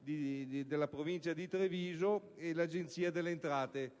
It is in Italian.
della provincia di Treviso e l'Agenzia delle entrate.